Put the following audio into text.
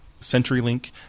CenturyLink